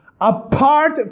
Apart